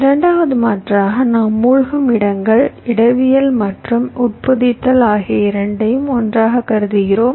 இரண்டாவது மாற்றாக நாம் மூழ்கும் இடங்கள் இடவியல் மற்றும் உட்பொதித்தல் ஆகிய இரண்டையும் ஒன்றாகக் கருதுகிறோம்